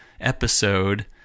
episode